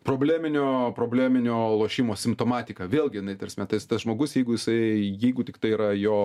probleminio probleminio lošimo simptomatiką vėlgi ta prasme tas tas žmogus jeigu jisai jeigu tiktai yra jo